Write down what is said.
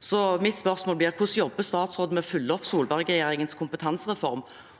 Så mitt spørsmål blir: Hvordan jobber statsråden med å følge opp Solberg-regjeringens kompetansereform